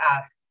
ask